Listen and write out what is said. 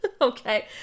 Okay